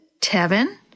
Tevin